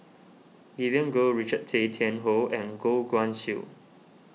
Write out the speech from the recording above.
Vivien Goh Richard Tay Tian Hoe and Goh Guan Siew